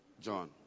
John